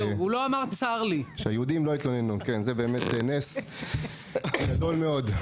זה באמת נס גדול מאוד.